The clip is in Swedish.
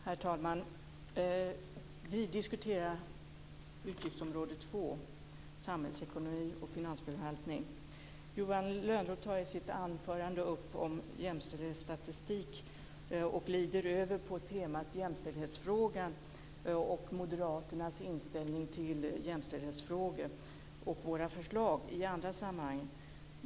Herr talman! Vi diskuterar utgiftsområde 2 Samhällsekonomi och finansförvaltning. Johan Lönnroth tar i sitt anförande upp jämställdhetsstatistik och glider över på temat jämställdhetsfrågor, Moderaternas inställning till jämställdhetsfrågor och våra förslag i andra sammanhang.